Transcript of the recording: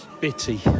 Bitty